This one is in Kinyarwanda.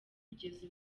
kugeza